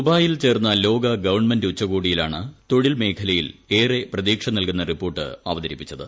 ദുബായിൽ ചേർന്ന ലോക ഗവൺമെന്റ് ഉച്ചകോടിയിലാണ് തൊഴിൽമേഖലയിൽ ഏറെ പ്രതീക്ഷ നൽകുന്ന റിപ്പോർട്ട് അവതരിപ്പിച്ചത്